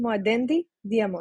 כמו הדנדי דיאמונט.